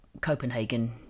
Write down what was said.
Copenhagen